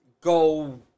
go